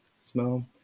smell